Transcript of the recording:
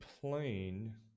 plane